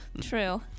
True